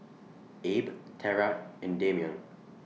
Abe Terra and Dameon